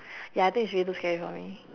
ya I think it's really too scary for me